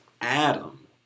Adam